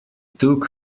took